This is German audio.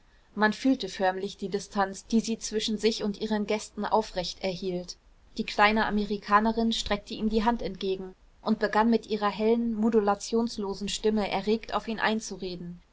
man fühlte förmlich die distanz die sie zwischen sich und ihren gästen aufrecht erhielt die kleine amerikanerin streckte ihm die hand entgegen und begann mit ihrer hellen modulationslosen stimme erregt auf ihn einzureden